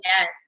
Yes